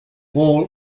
all